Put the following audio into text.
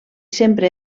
sempre